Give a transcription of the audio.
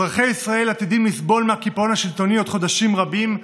אזרחי ישראל עתידים לסבול מהקיפאון השלטוני עוד חודשים רבים,